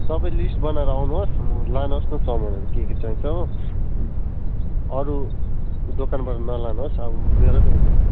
तपाईँ लिस्ट बनाएर आउनुहोस् लानुहोस् न सामानहरू के के चाहिन्छ हो अरू दोकानबाट नलानुहोस् अब मेरैबाट लानुहोस्